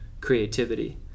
creativity